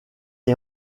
est